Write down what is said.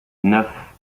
neuf